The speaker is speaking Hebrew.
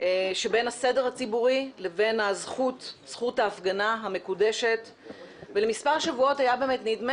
שבין הסדר הציבורי לבין זכות ההפגנה המקודשת ולמספר שבועות היה באמת נדמה